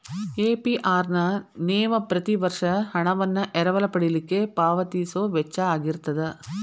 APR ನ ನೇವ ಪ್ರತಿ ವರ್ಷ ಹಣವನ್ನ ಎರವಲ ಪಡಿಲಿಕ್ಕೆ ಪಾವತಿಸೊ ವೆಚ್ಚಾಅಗಿರ್ತದ